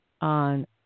on